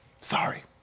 Sorry